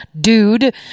dude